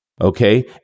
Okay